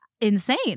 insane